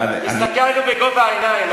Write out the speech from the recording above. תסתכל עלינו בגובה העיניים, אני מציע לך.